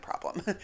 problem